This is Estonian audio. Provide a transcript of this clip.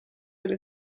oli